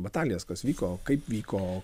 batalijas kas vyko kaip vyko